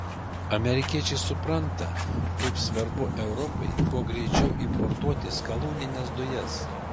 amerikiečiai supranta kaip svarbu europai kuo greičiau importuoti skalūnines dujas